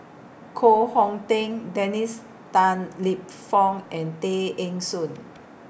Koh Hong Teng Dennis Tan Lip Fong and Tay Eng Soon